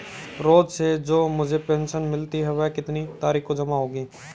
रोज़ से जो मुझे पेंशन मिलती है वह कितनी तारीख को जमा होगी?